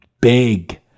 big